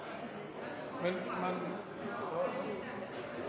Men skal man